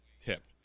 tip